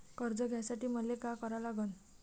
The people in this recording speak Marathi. कर्ज घ्यासाठी मले का करा लागन?